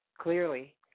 clearly